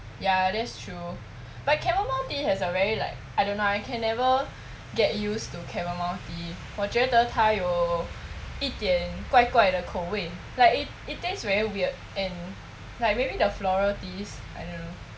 ya that's true but chamomile tea has a very like I don't know I can never get used to chamomile tea 我觉得它有一点怪怪的口味 like it it tastes very weird and like maybe the floral taste I don't know